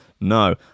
No